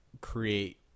create